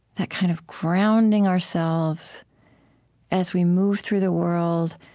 that kind of grounding ourselves as we move through the world,